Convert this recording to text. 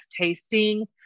tasting